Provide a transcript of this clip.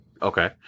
Okay